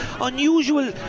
Unusual